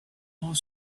off